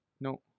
No